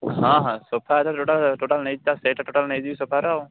ହଁ ହଁ ସୋଫା ଏଥର ଯେଉଁଟା ଟୋଟାଲ ନେଇଛି ତା ସେଟ୍ଟା ନେଇଯିବି ସୋଫାର ଆଉ